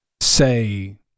say